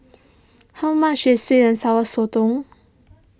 how much is Sweet and Sour Sotong